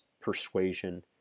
persuasion